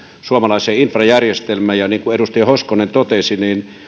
suomalaiseen infrajärjestelmään niin kuin edustaja hoskonen totesi